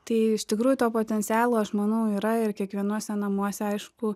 tai iš tikrųjų to potencialo aš manau yra ir kiekvienuose namuose aišku